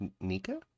nika